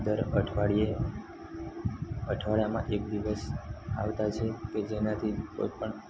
દર અઠવાડિયે અઠવાડિયામાં એક દિવસ આવતાં છે કે જેનાથી કોઈપણ